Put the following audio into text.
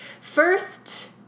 First